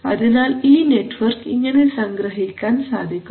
അതിനാൽ ഈ നെറ്റ്വർക്ക് ഇങ്ങനെ സംഗ്രഹിക്കാൻ സാധിക്കും